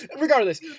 regardless